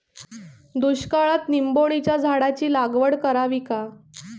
दुष्काळात निंबोणीच्या झाडाची लागवड करावी का?